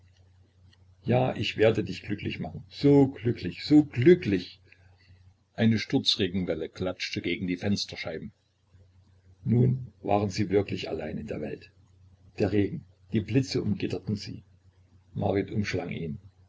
ja ich werde dich glücklich machen so glücklich so glücklich eine sturzregenwelle klatschte gegen die fensterscheiben nun waren sie wirklich allein in der welt der regen die blitze umgitterten sie marit umschlang ihn